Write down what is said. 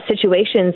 situations